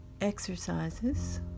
exercises